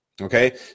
Okay